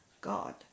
God